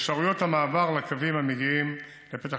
ואפשרויות המעבר לקווים המגיעים לפתח